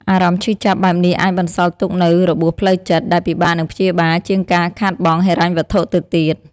អារម្មណ៍ឈឺចាប់បែបនេះអាចបន្សល់ទុកនូវរបួសផ្លូវចិត្ត ដែលពិបាកនឹងព្យាបាលជាងការខាតបង់ហិរញ្ញវត្ថុទៅទៀត។